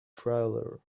trailer